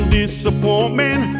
disappointment